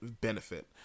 benefit